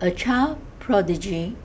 A child prodigy